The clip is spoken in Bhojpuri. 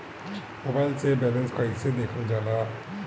मोबाइल से बैलेंस कइसे देखल जाला?